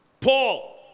Paul